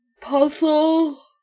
puzzle